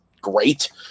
great